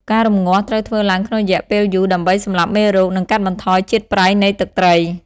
ការរំងាស់ ត្រូវធ្វើឡើងក្នុងរយៈពេលយូរ ដើម្បីសម្លាប់មេរោគ និងកាត់បន្ថយជាតិប្រៃនៃទឹកត្រី។